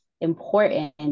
important